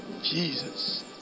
Jesus